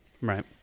right